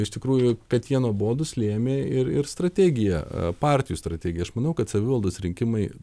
iš tikrųjų kad jie nuobodūs lėmė ir ir strategija partijų strategija aš manau kad savivaldos rinkimai